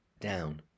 down